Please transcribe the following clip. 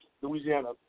Louisiana